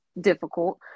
difficult